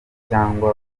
cyangwa